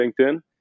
LinkedIn